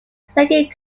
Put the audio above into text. second